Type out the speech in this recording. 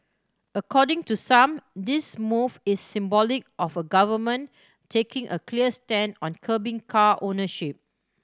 according to some this move is symbolic of a government taking a clear stand on curbing car ownership